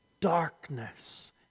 darkness